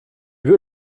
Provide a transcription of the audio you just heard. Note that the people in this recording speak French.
veux